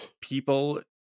people